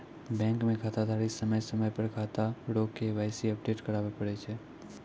bank मे खाताधारी समय समय पर खाता रो के.वाई.सी अपडेट कराबै पड़ै छै